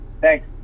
Thanks